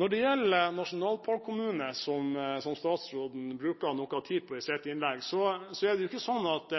Når det gjelder nasjonalparkkommuner, som statsråden bruker noe tid på i sitt innlegg, er det ikke sånn at